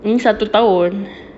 ni satu tahun